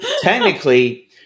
technically